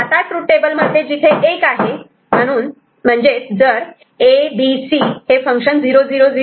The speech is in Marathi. आता ट्रूथ टेबल मध्ये जिथे 1 आहे म्हणून जर A B C F